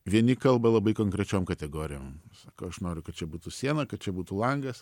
vieni kalba labai konkrečiom kategorijom ko aš noriu kad čia būtų siena kad čia būtų langas